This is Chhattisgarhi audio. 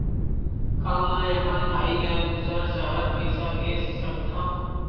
का मैं अपन भाई ल दुसर शहर पईसा भेज सकथव?